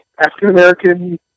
African-American